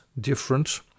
different